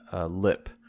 lip